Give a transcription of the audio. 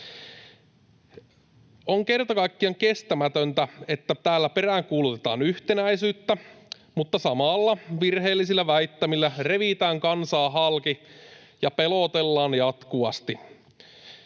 On kerta kaikkiaan kestämätöntä, että täällä peräänkuulutetaan yhtenäisyyttä, mutta samalla virheellisillä väittämillä revitään kansaa halki ja pelotellaan jatkuvasti.